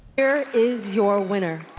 here is your winner.